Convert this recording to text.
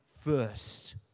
first